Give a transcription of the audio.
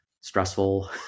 stressful